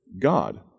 God